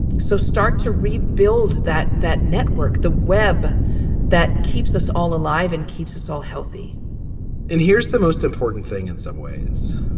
so start to rebuild that that network. the web that keeps us all alive and keeps us all healthy and here's the most important thing in some ways.